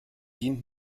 dient